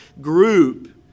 group